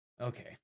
Okay